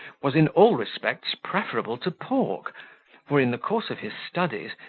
was in all respects preferable to pork for, in the course of his studies,